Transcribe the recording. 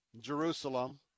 Jerusalem